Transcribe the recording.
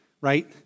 right